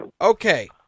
okay